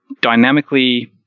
dynamically